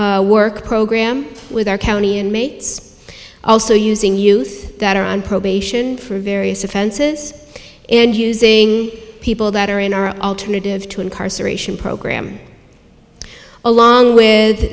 work program with our county and also using youth that are on probation for various offenses and using people that are in our alternative to incarceration program along with